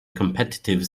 competitive